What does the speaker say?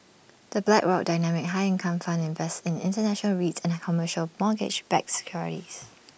the Blackrock dynamic high income fund invests in International REITs and commercial mortgage backed securities